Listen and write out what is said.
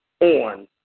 on